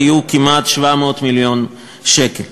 היו כמעט 700 מיליון שקל,